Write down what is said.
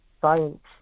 science